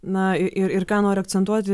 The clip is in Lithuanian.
na ir ką noriu akcentuoti